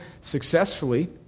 successfully